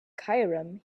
cairum